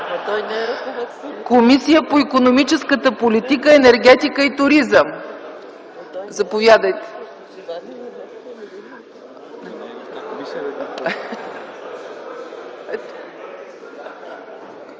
Комисията по икономическата политика, енергетика и туризъм разгледа